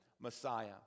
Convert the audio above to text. Messiah